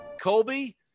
colby